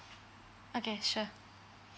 okay sure